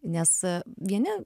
nes vieni